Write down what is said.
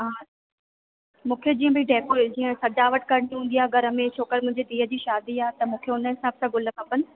हा मूंखे जीअं भाई डेको जीअं सॼावट करिणी हूंदी आहे घर में छो कर मुंहिजे धीअ जी शादी आहे त मूंखे उन हिसाब सां ग़ुल खपनि